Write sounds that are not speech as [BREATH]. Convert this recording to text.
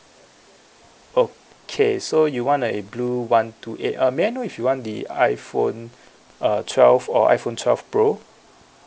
okay so you want a blue one two eight uh may I know if you want the iphone [BREATH] uh twelve or iphone twelve pro